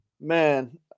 man